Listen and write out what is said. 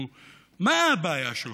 מה הבעיה שלך?